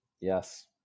Yes